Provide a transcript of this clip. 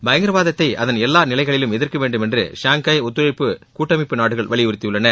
பயங்கரவாதத்தை அதன் எல்லா நிலைகளிலும் எதிர்க்க வேண்டும் என்று ஷாங்காய் ஒத்துழைப்பு கூட்டமைப்பு நாடுகள் வலியுறுத்தியுள்ளன